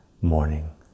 morning